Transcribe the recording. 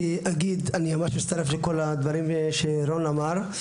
אני רק אגיד, אני ממש מצטרף לכל הדברים שרון אמר.